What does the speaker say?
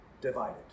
divided